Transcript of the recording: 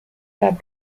that